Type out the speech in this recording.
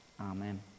Amen